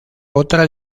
otra